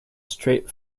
straight